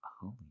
Holy